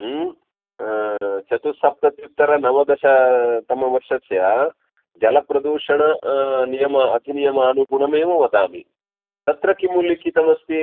चतुस्सप्तत्युत्तरनवदशतमवर्षस्य जलप्रदूषणनियमम् अधिनियमानुगुणमेव वदामि तत्र किं लिखितमस्ति